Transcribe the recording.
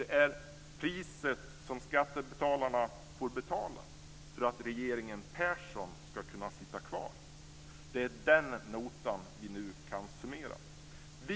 Det är priset som skattebetalarna får betala för att regeringen Persson ska kunna sitta kvar. Det är den notan vi nu kan summera.